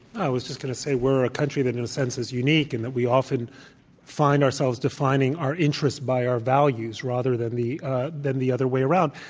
i was just going to say, we're a country that in a sense is unique in and that we often find ourselves defining our interests by our values rather than the than the other way around.